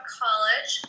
college